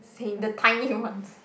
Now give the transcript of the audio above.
the tiny ones